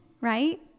right